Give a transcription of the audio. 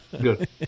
Good